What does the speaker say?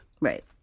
Right